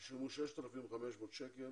ששילמו 6,500 שקל